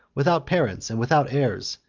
without parents and without heirs,